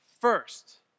first